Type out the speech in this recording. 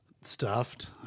Stuffed